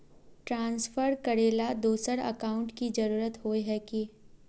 Transfer करेला दोसर account की जरुरत होय है की?